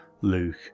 Luke